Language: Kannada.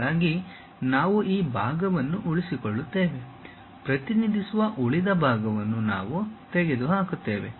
ಅದಕ್ಕಾಗಿ ನಾವು ಈ ಭಾಗವನ್ನು ಉಳಿಸಿಕೊಳ್ಳುತ್ತೇವೆ ಪ್ರತಿನಿಧಿಸುವ ಉಳಿದ ಭಾಗವನ್ನು ನಾವು ತೆಗೆದುಹಾಕುತ್ತೇವೆ